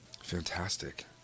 Fantastic